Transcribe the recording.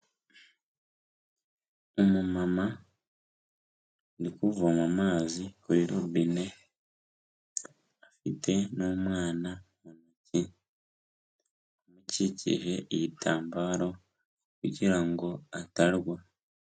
Umumama uri kuvoma amazi kuri robine, afite n'umwana mu ntoki, amukikije igitambaro kugira ngo atagwa.